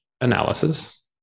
analysis